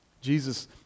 Jesus